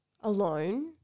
alone